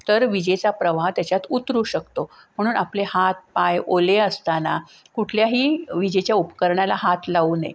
तर विजेचा प्रवाह त्याच्यात उतरू शकतो म्हणून आपले हात पाय ओले असताना कुठल्याही विजेच्या उपकरणाला हात लावू नये